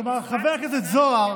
כלומר, חבר הכנסת זוהר,